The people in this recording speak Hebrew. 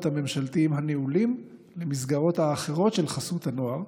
הממשלתיים הנעולים למסגרות האחרות של חסות הנוער.